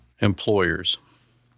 employers